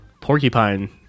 porcupine